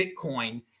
Bitcoin